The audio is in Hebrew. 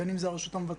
בין אם זה הרשות המבצעת,